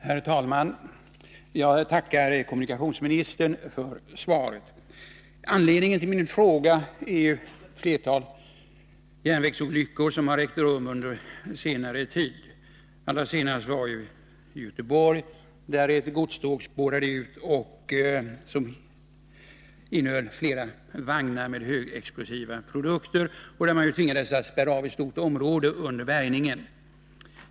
Herr talman! Jag tackar kommunikationsministern för svaret. Anledningen till min fråga är ett flertal järnvägsolyckor som har ägt rum under senare tid. Den allra senaste hände i Göteborg, där ett godståg som innehöll flera vagnar med högexplosiva produkter spårade ur och där man tvingades spärra av ett stort område under bärgningen.